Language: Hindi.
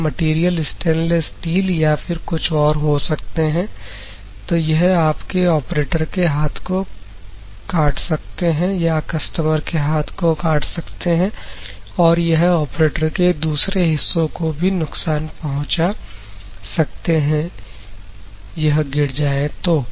यह मटेरियल स्टेनलेस स्टील या फिर कुछ और हो सकते हैं तो यह आपके ऑपरेटर के हाथ को कट कर सकते हैं या कस्टमर के हाथ को कट कर सकते हैं और यह ऑपरेटर के दूसरे हिस्सों को भी नुकसान पहुंचा सकते हैं यह गिर जाए तो